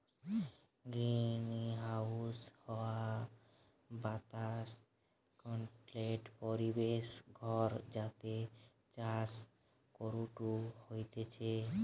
greenhouse হাওয়া বাতাস controlled পরিবেশ ঘর যাতে চাষ করাঢু হতিছে